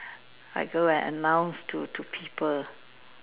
I go and announce to to people